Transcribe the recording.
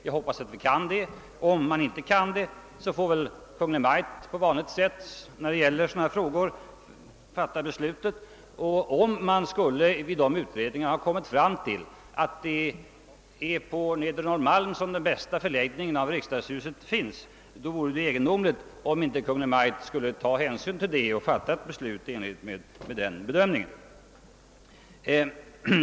Jag hoppas att vi kan det; om vi inte kan det får väl Kungl. Maj:t, såsom vanligen sker när det gäller sådana här frågor, fatta beslutet. Om man vid utredningen skulle komma fram till att den lämpligaste placeringen av riksdagshuset är på Nedre Norrmalm, så vore det egendomligt om inte Kungl. Maj:t skulle ta hänsyn till detta och fatta ett beslut i enlighet med den bedömningen.